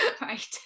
right